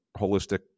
holistic